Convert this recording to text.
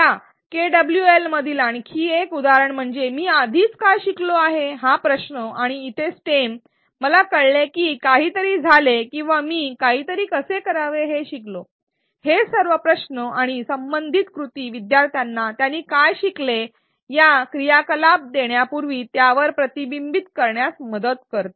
या केडब्ल्यूएल मधील आणखी एक उदाहरण म्हणजे मी आधीच काय शिकलो आहे हा प्रश्न आणि इथे स्टेम मला कळले की काहीतरी झाले किंवा मी काहीतरी कसे करावे हे शिकलो हे सर्व प्रश्न आणि संबंधित कृती शिकणाऱ्यांना त्यांनी काय शिकले आणि या क्रियाकलाप देण्यापूर्वी त्यावर प्रतिबिंबित करण्यास मदत करते